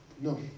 no